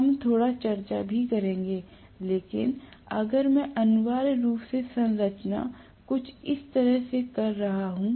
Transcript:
हम थोड़ा चर्चा भी करेंगे लेकिन अगर मैं अनिवार्य रूप से संरचना कुछ इस तरह से कर रहा हूं